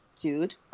Dude